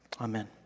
Amen